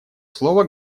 слово